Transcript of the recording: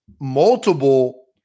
multiple